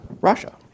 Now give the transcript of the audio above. Russia